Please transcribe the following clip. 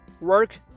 Work